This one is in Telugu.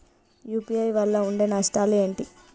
యూ.పీ.ఐ వల్ల ఉండే నష్టాలు ఏంటి??